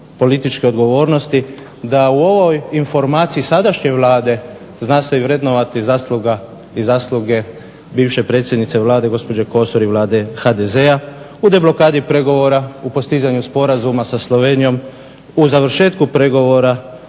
političke odgovornosti da u ovoj informaciji sadašnje Vlade zna se vrednovati zasluga i zasluge bivše predsjednice Vlade gospođe Kosor i vlade HDZ-a u deblokadi pregovora, u postizanju Sporazuma sa Slovenijom, u završetku pregovora